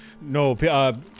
No